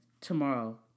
tomorrow